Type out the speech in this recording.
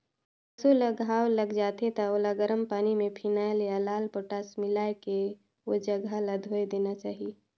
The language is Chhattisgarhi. पसु ल घांव लग जाथे त ओला गरम पानी में फिनाइल या लाल पोटास मिलायके ओ जघा ल धोय देना चाही